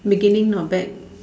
beginning not bad